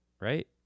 Right